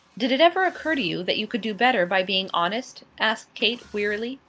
did it ever occur to you that you could do better by being honest? asked kate, wearily.